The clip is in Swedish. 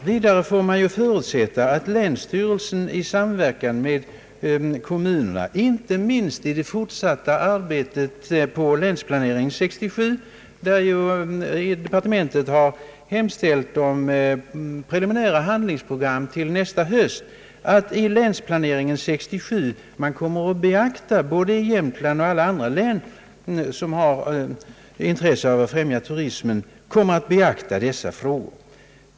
Vidare får man förutsätta att länsstyrelsen i samverkan med kommunerna, inte minst under det fortsatta arbetet på Länsplanering 67 — där departementet hemställt om preliminära handlingsprogram till nästa höst — kommer att beakta dessa frågor både i Jämtlands län och i alla andra län med intresse för turistnäringen.